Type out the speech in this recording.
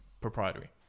proprietary